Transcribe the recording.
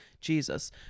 Jesus